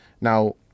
now